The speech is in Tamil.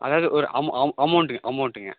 அதாவது ஒரு அம் அம் அமௌண்ட்டுங்கள் அமௌண்ட்டுங்கள்